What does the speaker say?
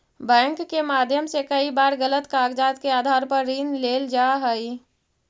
bank के माध्यम से कई बार गलत कागजात के आधार पर ऋण लेल जा हइ